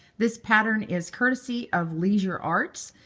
this pattern is courtesy of leisure arts,